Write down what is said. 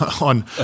on